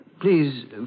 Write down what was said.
Please